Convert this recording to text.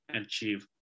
achieve